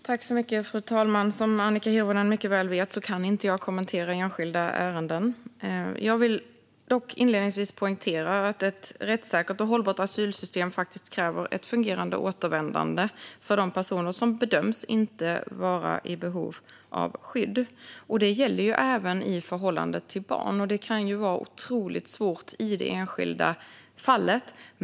Fru talman! Som Annika Hirvonen mycket väl vet kan jag inte kommentera enskilda ärenden. Låt mig inledningsvis poängtera att ett rättssäkert och hållbart asylsystem faktiskt kräver ett fungerande återvändande för de personer som bedöms inte vara i behov av skydd. Det gäller även i förhållande till barn, vilket kan vara otroligt svårt i det enskilda fallet.